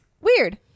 Weird